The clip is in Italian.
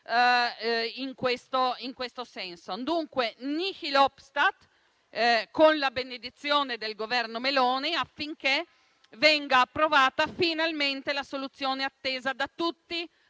in questo senso. Dunque, *nihil obstat*, con la benedizione del Governo Meloni, affinché venga approvata finalmente la soluzione attesa da tutti,